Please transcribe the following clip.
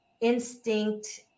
instinct